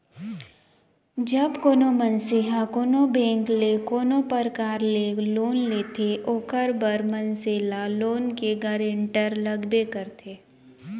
जब कोनो मनसे ह कोनो बेंक ले कोनो परकार ले लोन लेथे ओखर बर मनसे ल लोन के गारेंटर लगबे करथे